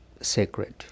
sacred